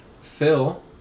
Phil